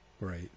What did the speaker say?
Right